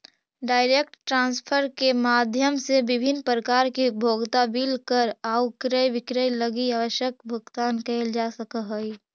direct transfer के माध्यम से विभिन्न प्रकार के उपभोक्ता बिल कर आउ क्रय विक्रय लगी आवश्यक भुगतान कैल जा सकऽ हइ